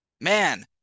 man